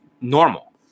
normal